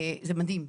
זה מדהים.